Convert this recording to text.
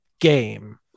game